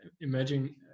imagine